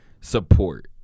support